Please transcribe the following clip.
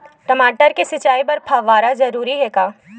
टमाटर के सिंचाई बर फव्वारा जरूरी हे का?